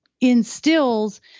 instills